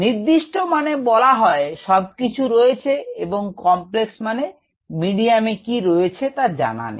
নির্দিষ্ট মানে বলা হয় সবকিছুই রয়েছে এবং কমপ্লেক্স মানে মিডিয়ামে কি রয়েছে তা নেই